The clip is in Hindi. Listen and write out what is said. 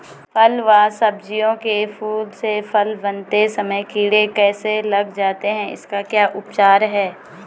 फ़ल व सब्जियों के फूल से फल बनते समय कीड़े कैसे लग जाते हैं इसका क्या उपचार है?